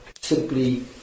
simply